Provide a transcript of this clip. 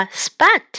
spot